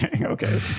Okay